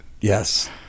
Yes